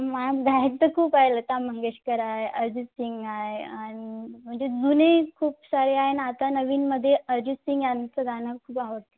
ma'am गायक तर खूप आहे लता मंगेशकर आहे अरिजित सिंग आहे आणि म्हणजे जुनेही खूप सारे आहे आणि आता नवीनमध्ये अरिजित सिंग यांचं गाणं खूप आवडतं